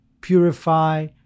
purify